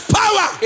power